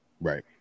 Right